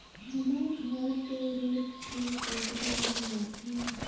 हमर घर तो रोज खेत अगुरे बर जाथे